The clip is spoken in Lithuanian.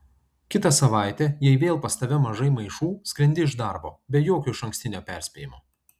kitą savaitę jei vėl pas tave mažai maišų skrendi iš darbo be jokio išankstinio perspėjimo